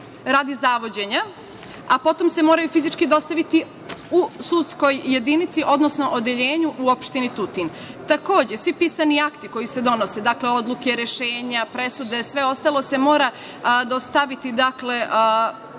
radi zavođenja, a potom se moraju fizički dostaviti u sudskoj jedinici, odnosno odeljenju u opštini Tutin. Takođe, svi pisani akti koji se donose, odluke, rešenja, presude i sve ostalo se mora dostaviti